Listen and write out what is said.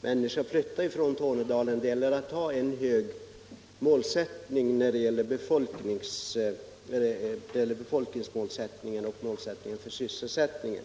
människor flytta från Tornedalen. Det gäller att ha en hög målsättning för befolkningstal och sysselsättning.